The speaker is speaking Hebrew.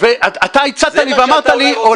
ואתה הצעת לי ואמרת לי,